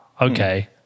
okay